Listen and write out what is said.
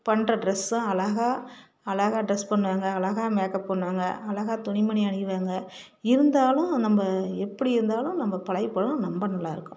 பண்ணுற ட்ரெஸ்ஸும் அழகாக அழகாக ட்ரெஸ் பண்ணுவாங்க அழகாக மேக்அப் பண்ணுவாங்க அழகாக துணிமணி அணிவாங்க இருந்தாலும் நம்ம எப்படி இருந்தாலும் நம்ம பழையை படம் ரொம்ப நல்லாயிருக்கும்